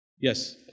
Yes